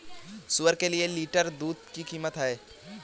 सुअर के एक लीटर दूध की कीमत क्या है?